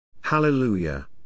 Hallelujah